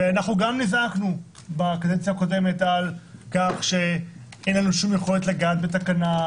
גם נזעקנו בכנסת הקורמת על כך שאין לנו יכולת בתקנה,